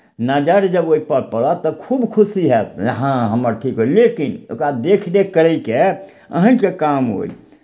नजर जब ओहिपर पड़त तऽ खूब खुशी हएत जे हँ हमर ठीक अइ लेकिन ओकरा देखरेख करयके अहीँके काम अइ